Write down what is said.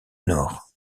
nord